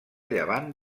llevant